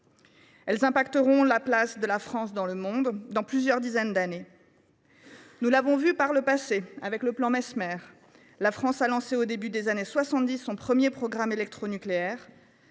elles influeront sur la place de la France dans le monde dans plusieurs dizaines d’années. Nous l’avons constaté par le passé avec le plan Messmer, quand la France a lancé, au début des années 1970, son premier programme électronucléaire.